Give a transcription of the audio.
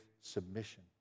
submission